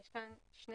יש כאן שני